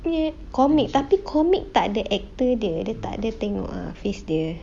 ya comic tapi comic takde actor dia dia tak ada tengok ah face dia